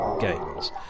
games